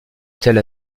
tel